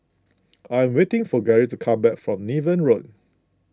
I am waiting for Gary to come back from Niven Road